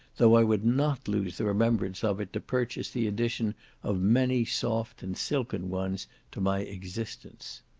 though i would not lose the remembrance of it to purchase the addition of many soft and silken ones to my existence.